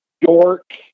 York